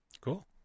Cool